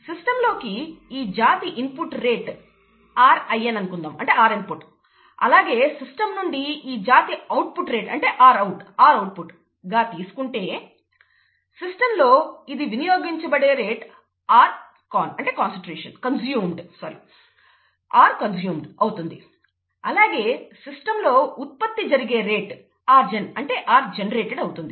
సిస్టంలోకి ఈ జాతి input rate rin అనుకుందాం అలాగే సిస్టం నుండి ఈ జాతి అవుట్పుట్ రేట్ rout గా తీసుకుంటే సిస్టంలో ఇవి వినియోగించబడే రేట్ rcon అవుతుంది అలాగే సిస్టం లో ఉత్పత్తి జరిగే జాతి రేట్ rgen అవుతుంది